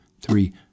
three